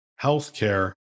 healthcare